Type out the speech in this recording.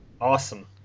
Awesome